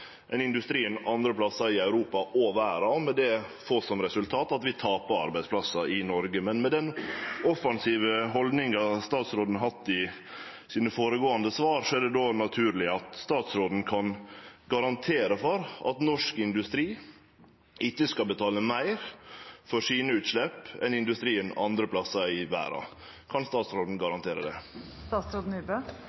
ein i utgangspunktet ikkje skal bruke desse mekanismane. Det gjer at norsk industri kan ha heilt andre konkurransevilkår enn industrien andre plassar i Europa og i verda, og med det få som resultat at vi tapar arbeidsplassar i Noreg. Med den offensive haldninga statsråden har hatt i dei føregåande svara, er det naturleg at statsråden kan garantere for at norsk industri ikkje skal betale meir for utsleppa sine enn industrien